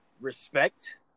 respect